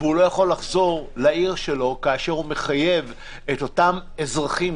והוא לא יכול לחזור לעיר שלו כאשר הוא מחייב את אותם אזרחים